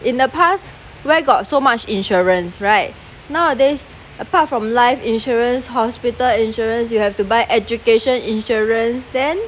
in the past where got so much insurance right nowadays apart from life insurance hospital insurance you have to buy education insurance then